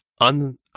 On